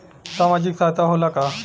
सामाजिक सहायता होला का?